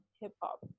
hip-hop